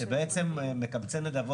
שיקלי, דקה.